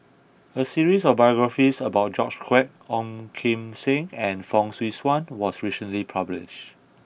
a series of biographies about George Quek Ong Kim Seng and Fong Swee Suan was recently published